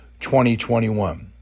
2021